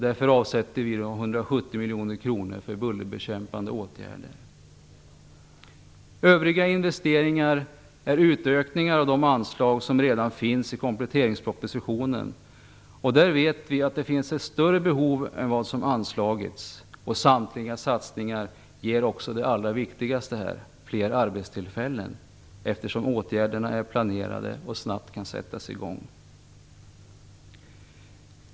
Därför avsätter vi 170 Övriga investeringar är utökning av de anslag som redan finns i kompletteringspropositionen, och vi vet att behovet är större än de medel som anslagits. Samtliga satsningar ger också det som här är allra viktigast, fler arbetstillfällen, eftersom åtgärderna är planerade och snabbt kan sättas i gång.